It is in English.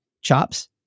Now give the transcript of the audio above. chops